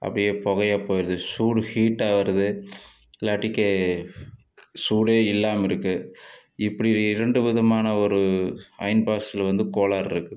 அப்படியே புகையா போயிடுது சூடு ஹீட்டாக வருது இல்லாட்டி கே சூடே இல்லாமல் இருக்குது இப்படி இரண்டு விதமான ஒரு அயன் பாக்ஸில் வந்து கோளாறு இருக்குது